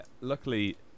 luckily